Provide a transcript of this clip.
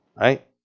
Right